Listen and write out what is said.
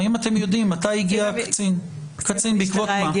האם אתם יודעים מתי הגיע קצין בעקבות מה?